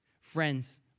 Friends